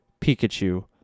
Pikachu